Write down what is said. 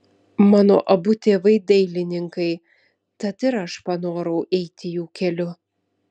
mano abu tėvai dailininkai tad ir aš panorau eiti jų keliu